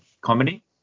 comedy